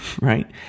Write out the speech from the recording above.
Right